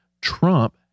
Trump